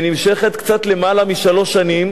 שנמשכת קצת יותר משלוש שנים,